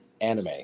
anime